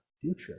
future